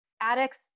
Addicts